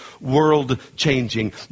world-changing